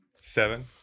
seven